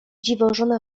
dziwożona